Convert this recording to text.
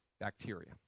bacteria